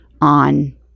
on